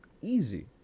easy